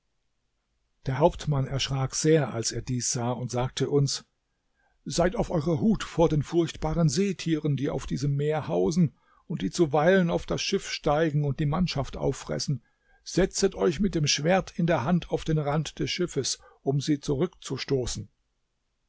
der hauptmann erschrak sehr als er dies sah und sagte uns seid auf eurer hut vor den furchtbaren seetieren die auf diesem meer hausen und die zuweilen auf das schiff steigen und die mannschaft auffressen setzet euch mit dem schwert in der hand auf den rand des schiffes um sie zurückzustoßen